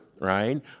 right